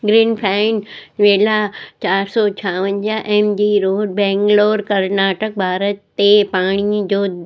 ग्रीनफ़ाइंड villa चार सौ छावंजाहु M G road Bangalore Karnataka Bharat ते पाणीअ जो